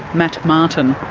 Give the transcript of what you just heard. matt martin.